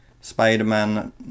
Spider-Man